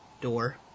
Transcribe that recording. door